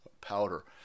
Powder